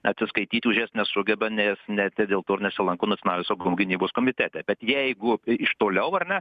atsiskaityti už jas nesugeba nes ne tik dėl to nesilanko nacionalinio saugumo gynybos komitete bet jeigu iš toliau ar ne